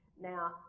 Now